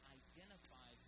identify